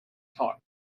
talked